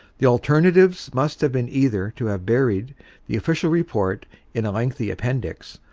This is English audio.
the alternatives must have been either to have buried the official report in a lengthy appendix,